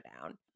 down